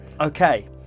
Okay